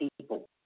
people